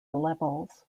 levels